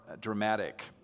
dramatic